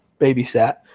babysat